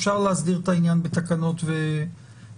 אפשר להסדיר את העניין בתקנות ונהלים.